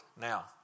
Now